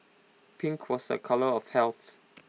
pink was A colour of health